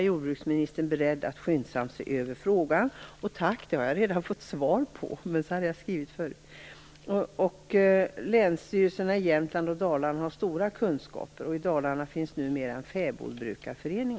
Jag har redan fått svar på frågan om ifall jordbruksministern är beredd att skyndsamt se över frågan. Länsstyrelserna i Jämtland och Dalarna har stora kunskaper, och i Dalarna finns numera också en fäbodbrukarförening.